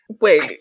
Wait